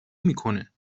میکنه